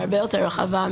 מרחוק.